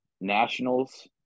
Nationals